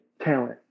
talent